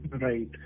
Right